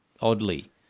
oddly